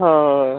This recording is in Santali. ᱦᱳᱭ